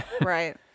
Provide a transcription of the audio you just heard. Right